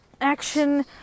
action